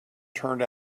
turned